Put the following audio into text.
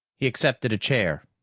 he accepted a chair.